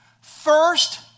First